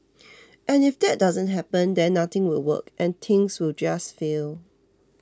and if that doesn't happen then nothing will work and things will just fail